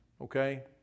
okay